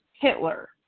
Hitler